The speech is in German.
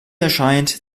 erscheint